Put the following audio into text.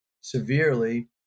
severely